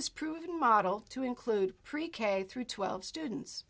this proven model to include pre k through twelve students